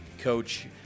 coach